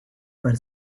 for